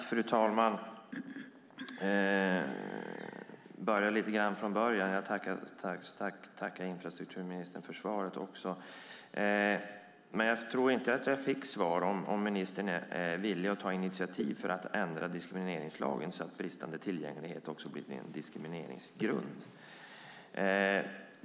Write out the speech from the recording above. Fru talman! Jag tackar infrastrukturministern för svaret också. Jag tror dock inte jag fick något svar på om ministern är villig att ta initiativ att ändra diskrimineringslagen så att bristande tillgänglighet också blir en diskrimineringsgrund.